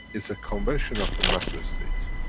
it's a conversion of the matter-state.